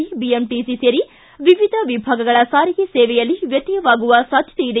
C BMTC ಸೇರಿ ವಿವಿಧ ವಿಭಾಗಗಳ ಸಾರಿಗೆ ಸೇವೆಯಲ್ಲಿ ವ್ಯತ್ಯಯವಾಗುವ ಸಾಧ್ಯತೆ ಇದೆ